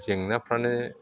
जेंनाफ्रानो